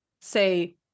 say